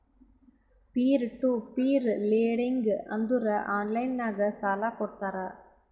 peer to peer lending ಅಂದುರ್ online ನಾಗ್ ಸಾಲಾ ಕೊಡ್ತಾರ